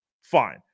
fine